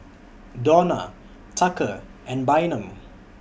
Dawna Tucker and Bynum